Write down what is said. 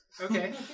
Okay